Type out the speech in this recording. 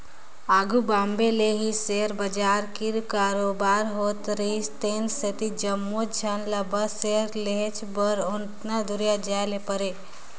आघु बॉम्बे ले ही सेयर बजार कीर कारोबार होत रिहिस तेन सेती जम्मोच झन ल बस सेयर लेहेच बर ओतना दुरिहां जाए ले परे